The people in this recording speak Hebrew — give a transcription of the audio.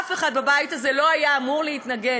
אף אחד בבית הזה לא היה אמור להתנגד,